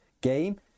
game